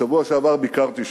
בשבוע שעבר ביקרתי שם,